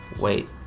wait